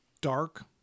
dark